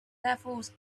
levels